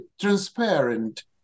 transparent